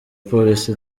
polisi